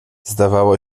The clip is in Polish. zdawało